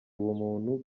ubumuntu